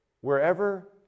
Wherever